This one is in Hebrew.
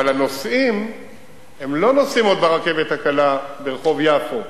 אבל הנוסעים עוד לא נוסעים ברכבת הקלה ברחוב יפו,